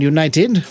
United